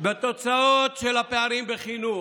בתוצאות של הפערים בחינוך,